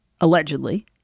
allegedly